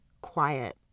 quiet